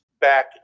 back